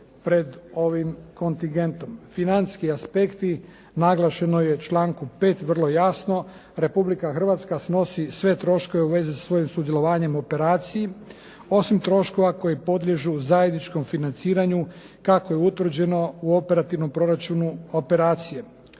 pred ovim kontingentom. Financijski aspekti, naglašeno je u članku 5. vrlo jasno. Republika Hrvatska snosi sve troškove u vezi sa svojim sudjelovanjem u operaciji osim troškova koji podliježu zajedničkom financiranju kako je utvrđeno u operativnom proračunu operacije.